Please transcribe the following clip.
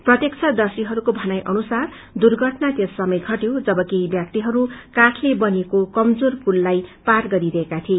प्रत्यक्षदर्शीहरूको भनाइ अनुसार दुर्घटना त्यस बेलका घटयो जब केही ब्यक्तिहरू काठले बनिएको कमजोर पुललाई पार गरिरहेका थिए